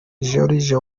george